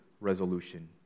resolution